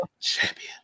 champion